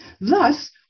Thus